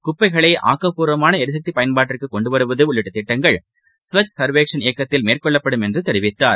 குப்பைகளைஆக்கப்பூர்வமானஎரிசக்திபயன்பாட்டிற்குகொண்டுவருவது உள்ளிட்டதிட்டங்கள் ஸ்வச் சர்வேக்ஸன் இயக்கத்தில் மேற்கொள்ளப்படும் என்றுதெரிவித்தார்